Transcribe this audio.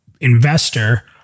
investor